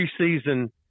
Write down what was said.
preseason